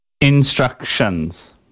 Instructions